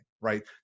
right